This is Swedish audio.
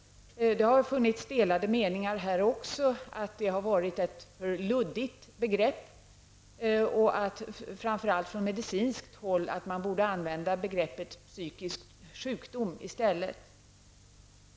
Det har funnits delade meningar här också. Det har sagts att det har varit ett för luddigt begrepp och framför allt från medicinskt håll att man borde använda uttrycket psykisk sjukdom i stället.